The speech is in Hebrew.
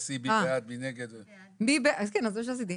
אין.